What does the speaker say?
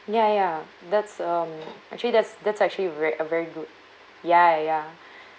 ya ya that's um actually that's that's actually a a very good ya ya